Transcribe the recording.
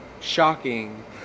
shocking